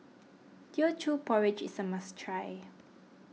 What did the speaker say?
Teochew Porridge is a must try